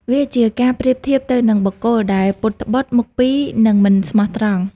វាជាការប្រៀបធៀបទៅនឹងបុគ្គលដែល ពុតត្បុត មុខពីរ និង មិនស្មោះត្រង់។